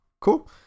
Cool